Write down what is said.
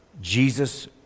Jesus